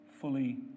fully